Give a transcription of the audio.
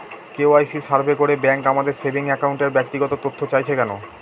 KYC survey করে bank আমাদের saving অ্যাকাউন্টের ব্যক্তিগত তথ্য চাইছে কেন?